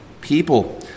people